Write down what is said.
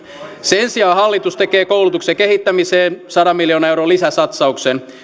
sen sijaan hallitus tekee koulutuksen kehittämiseen sadan miljoonan euron lisäsatsauksen